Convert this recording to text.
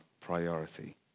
priority